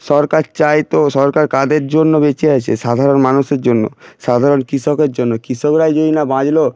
সরকার চায় তো সরকার কাদের জন্য বেঁচে আছে সাধারণ মানুষের জন্য সাধারণ কৃষকের জন্য কৃষকরা যদি না বাঁচলো